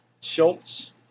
Schultz